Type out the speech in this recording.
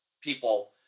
people